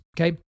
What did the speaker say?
Okay